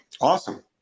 awesome